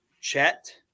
Chet